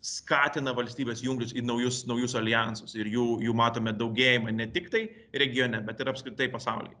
skatina valstybes jungtis į naujus naujus aljansus ir jų jų matome daugėjimą ne tiktai regione bet ir apskritai pasaulyje